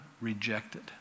rejected